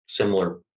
similar